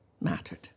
mattered